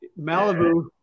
Malibu